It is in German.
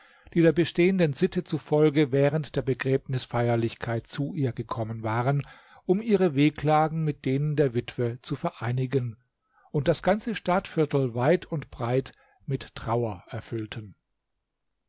die der bestehenden sitte zufolge während der begräbnisfeierlichkeit zu ihr gekommen waren um ihre wehklagen mit denen der witwe zu vereinigen und das ganze stadtviertel weit und breit mit trauer erfüllten